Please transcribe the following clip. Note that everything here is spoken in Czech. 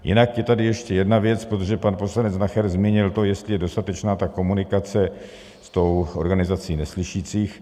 Jinak je tady ještě jedna věc, protože pan poslanec Nacher zmínil to, jestli je dostatečná komunikace s organizací neslyšících.